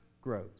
grows